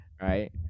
right